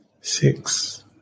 six